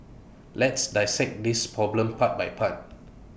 let's dissect this problem part by part